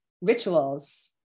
rituals